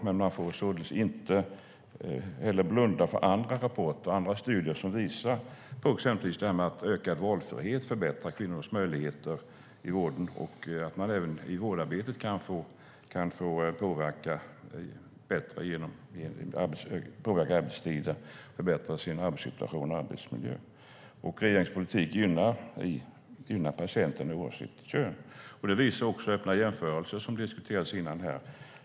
Men man får inte heller blunda för andra rapporter och studier som visar exempelvis på att ökad valfrihet förbättrar kvinnors möjligheter i vården och även i vårdarbetet. De kan bättre påverka arbetstider och förbättra sin arbetssituation och arbetsmiljö. Regeringens politik gynnar patienten oavsett kön. Det visar också Öppna jämförelser som diskuterades här tidigare.